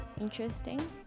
interesting